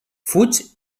fuig